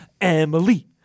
Emily